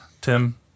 Tim